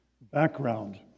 background